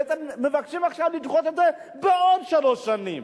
בעצם מבקשים עכשיו לדחות את זה בעוד שלוש שנים.